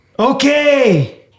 Okay